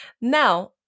Now